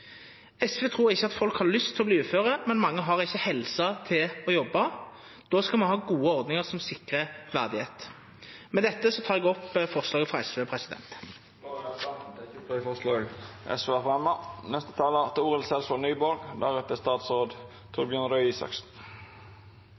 SV trur ikkje at folk har lyst til å verta uføre, men mange har ikkje helse til å jobba. Då skal me ha gode ordningar som sikrar verdigheit. Med dette tek eg opp forslaget frå SV. Representanten Eirik Faret Sakariassen har teke opp det forslaget han refererte til.